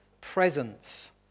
presence